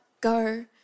go